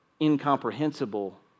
incomprehensible